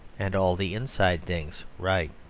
and all the inside things right.